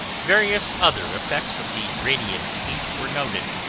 various other effects of the radiated heat were noted,